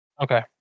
Okay